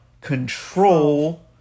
control